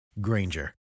Granger